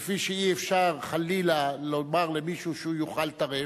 כפי שאי-אפשר חלילה לומר למישהו שהוא יאכל טרף,